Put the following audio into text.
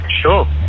Sure